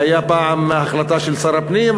שהיה פעם החלטה של שר הפנים,